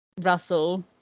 Russell